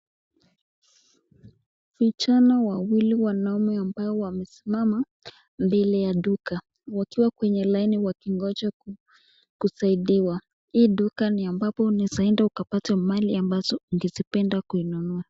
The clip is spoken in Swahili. Vijana wawili wanaume ambao wamesimama mbele ya duka, wakiwa kwenye laini wakingoja kusaidiwa, hii duka ni ambapo unaweza enda unapata mali ambazo unaezapenda kununua.